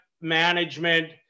management